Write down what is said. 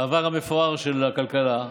העבר המפואר של הכלכלה,